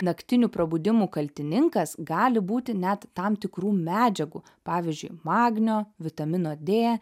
naktinių prabudimų kaltininkas gali būti net tam tikrų medžiagų pavyzdžiui magnio vitamino d